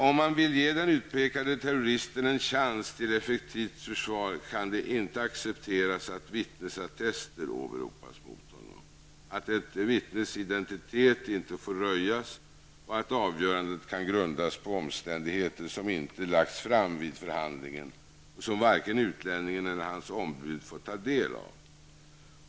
Om man vill ge den utpekade presumtive terroristen en chans till ett effektivt försvar kan det inte accepteras att vittnesattester åberopas mot honom, att ett vittnes identitet inte får röjas och att avgörandet kan grundas på omständigheter som inte lagts fram vid förhandlingen och som varken utlänningen eller hans ombud har fått ta del av.